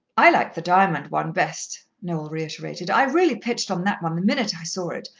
i like the diamond one best, noel reiterated. i really pitched on that one the minute i saw it.